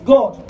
God